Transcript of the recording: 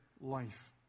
life